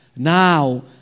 Now